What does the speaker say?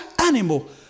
animal